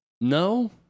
No